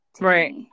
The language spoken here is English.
Right